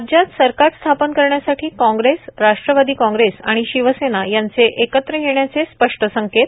राज्यात सरकार स्थापन करण्यासाठी कांग्रेस राष्ट्रवादी कांग्रेस आणि शिवसेना याचे एकत्र येण्याचे स्पष्ट संकेत